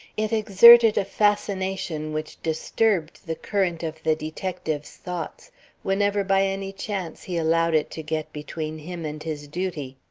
it exerted a fascination which disturbed the current of the detective's thoughts whenever by any chance he allowed it to get between him and his duty.